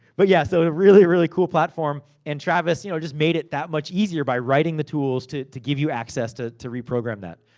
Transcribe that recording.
but yeah, so a really, really cool platform. and travis, you know, just made it that much easier, by writing the tools to to give you access to to reprogram that.